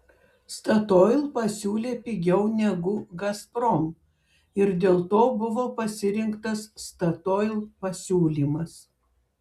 statoil pasiūlė pigiau negu gazprom ir dėl to buvo pasirinktas statoil pasiūlymas